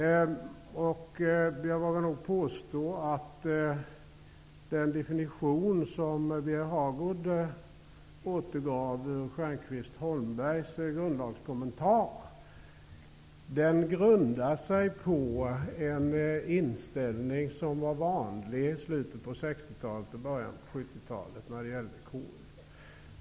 Jag vågar nog påstå att den definition som Birger Hagård återgav ur Stjernquists och Holmbergs grundlagskommentar grundar sig på en inställning som var vanlig i slutet på 60-talet och början på 70-talet när det gällde KU.